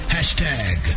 Hashtag